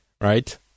right